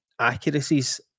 accuracies